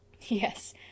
Yes